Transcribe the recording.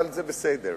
אבל זה בסדר.